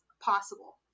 possible